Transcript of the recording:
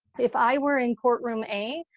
if i were in courtroom a,